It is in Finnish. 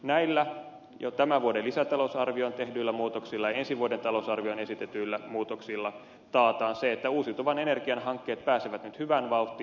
näillä jo tämän vuoden lisätalousarvioon tehdyillä muutoksilla ja ensi vuoden talousarvioon esitetyillä muutoksilla taataan se että uusiutuvan energian hankkeet pääsevät nyt hyvään vauhtiin